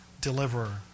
deliverer